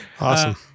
Awesome